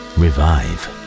revive